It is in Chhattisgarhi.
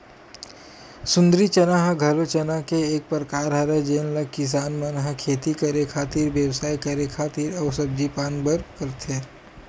सुंदरी चना ह घलो चना के एक परकार हरय जेन ल किसान मन ह खेती करे खातिर, बेवसाय करे खातिर अउ सब्जी पान बर करथे